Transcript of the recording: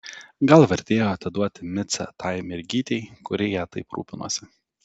gal vertėjo atiduoti micę tai mergytei kuri ja taip rūpinosi